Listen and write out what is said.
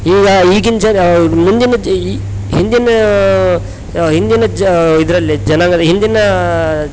ಈಗ ಈಗಿನ ಜನ ಮುಂದಿನ ಜ ಈ ಹಿಂದಿನ ಹಿಂದಿನ ಜ ಇದರಲ್ಲಿ ಜನಾಂಗದ ಹಿಂದಿನ